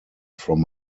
from